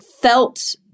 felt